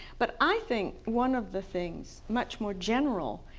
but i think one of the things, much more general,